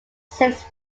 six